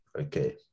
okay